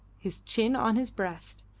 his chin on his breast,